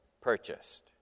purchased